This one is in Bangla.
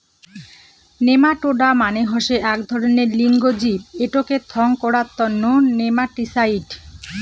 নেমাটোডা মানে হসে আক ধরণের লিঙ্গ জীব এটোকে থং করাং তন্ন নেমাটিসাইড